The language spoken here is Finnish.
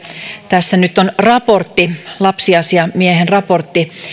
tässä nyt on raportti lapsiasiamiehen raportti